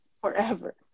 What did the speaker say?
forever